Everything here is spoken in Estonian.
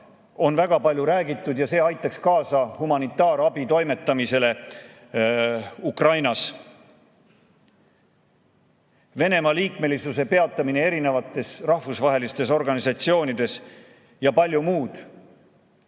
on väga palju räägitud ja see aitaks kaasa humanitaarabi toimetamisele Ukrainasse. [Tuleb kaaluda] Venemaa liikmelisuse peatamist rahvusvahelistes organisatsioonides ja paljut muud.